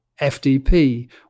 FDP